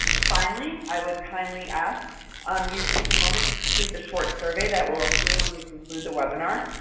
finally, i would kindly ask um you to take a moment to complete the short survey that will appear when we conclude the webinar.